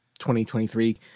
2023